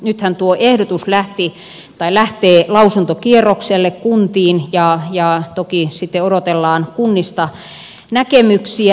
nythän tuo ehdotus lähtee lausuntokierrokselle kuntiin ja toki sitten odotellaan kunnista näkemyksiä